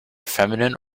feminine